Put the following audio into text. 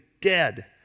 dead